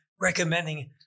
recommending